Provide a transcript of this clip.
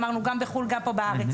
אמרנו גם בחו"ל גם פה בארץ.